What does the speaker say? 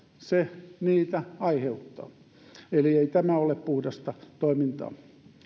se niitä aiheuttaa eli ei tämä ole puhdasta toimintaa